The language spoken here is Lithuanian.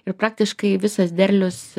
ir praktiškai visas derlius